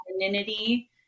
femininity